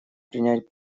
принять